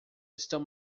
estão